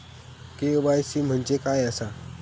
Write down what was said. KYC म्हणजे काय आसा?